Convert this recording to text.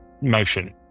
motion